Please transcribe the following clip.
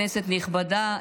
כנסת נכבדה,